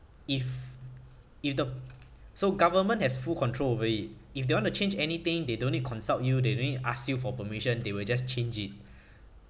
if if the so government has full control over it if they want to change anything they don't need consult you they don't need ask you for permission they will just change it